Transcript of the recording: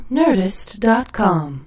nerdist.com